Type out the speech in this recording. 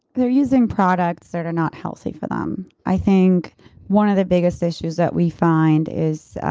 they're using products that are not healthy for them. i think one of the biggest issues that we find is,